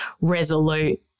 resolute